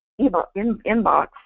inbox